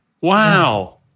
Wow